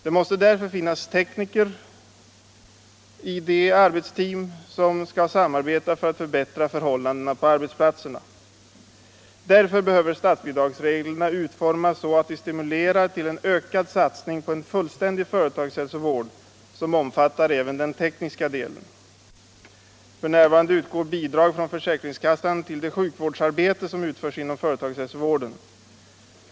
Det måste därför finnas tekniker i de arbetsteam som skall samarbeta för att förbättra förhållandena på arbetsplatserna. Med hänsyn därtill måste statsbidragsreglerna utformas så att de stimulerar till en ökad satsning på en fullständig företagshälsovård, som även omfattar den tekniska delen. F. n. utgår bidrag från försäkringskassan till det sjukvårdsarbete som utförs inom företagshälsovården.